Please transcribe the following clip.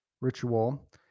ritual